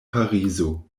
parizo